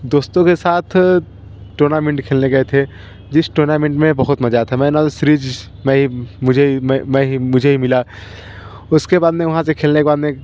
दोस्तों के साथ टूर्नामिंड खेलने गए थे जिस टूर्नामिंड में बहुत मज़ा आया था मैन औ द सीरीज़ मैं ही मुझे मैं मैं ही मुझे ही मिला उसके बाद में वहाँ से खेलने के बाद में